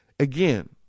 Again